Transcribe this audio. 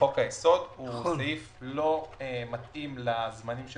לחוק היסוד, לא מתאימה לזמנים.